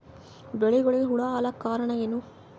ಬೆಳಿಗೊಳಿಗ ಹುಳ ಆಲಕ್ಕ ಕಾರಣಯೇನು?